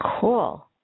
Cool